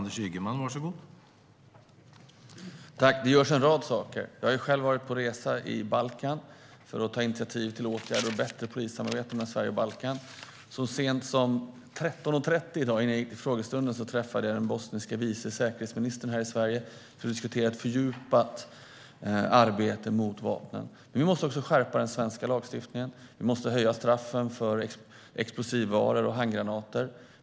Herr talman! Det görs en rad saker. Jag har själv varit på resa i Balkan för att ta initiativ till åtgärder och bättre polissamarbete mellan Sverige och Balkan. Så sent som kl. 13.30 i dag, innan jag gick till frågestunden, träffade jag här i Sverige den bosniske vice säkerhetsministern för att diskutera ett fördjupat arbete mot vapnen. Men vi måste också skärpa den svenska lagstiftningen. Vi måste höja straffen när det gäller explosiva varor och handgranater.